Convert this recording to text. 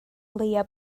leia